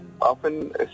often